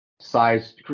size